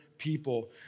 People